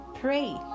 pray